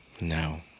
no